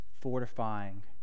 fortifying